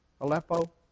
Aleppo